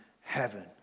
heaven